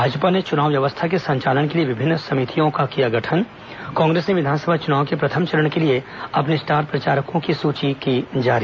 भाजपा ने चुनाव व्यवस्था के संचालन के लिए विभिन्न समितियों का किया गठन कांग्रेस ने विधानसभा चुनाव के प्रथम चरण के लिए अपने स्टार प्रचारकों की सूची की जारी